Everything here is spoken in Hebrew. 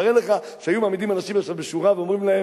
תאר לך שהיו מעמידים אנשים עכשיו בשורה ואומרים להם: